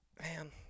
man